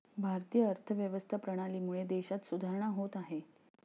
भारतीय अर्थव्यवस्था प्रणालीमुळे देशात सुधारणा होत आहे